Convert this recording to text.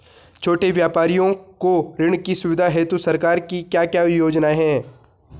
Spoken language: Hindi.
छोटे व्यापारियों को ऋण की सुविधा हेतु सरकार की क्या क्या योजनाएँ हैं?